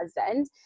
husband